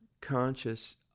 conscious